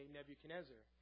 Nebuchadnezzar